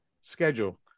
schedule